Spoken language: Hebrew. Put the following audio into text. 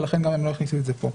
ולכן גם לא הכניסו את זה פה.